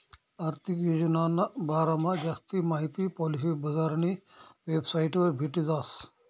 आर्थिक योजनाना बारामा जास्ती माहिती पॉलिसी बजारनी वेबसाइटवर भेटी जास